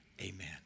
Amen